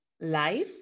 life